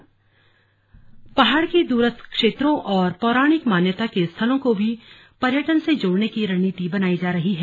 slug Satpal Maharaj पहाड़ के दूरस्थ क्षेत्रों और पौराणिक मान्यता के स्थलों को भी पर्यटन से जोड़ने की रणनीति बनायी जा रही है